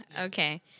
Okay